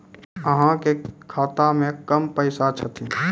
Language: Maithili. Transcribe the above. अहाँ के खाता मे कम पैसा छथिन?